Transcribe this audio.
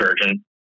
surgeon